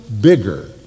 bigger